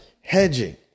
hedging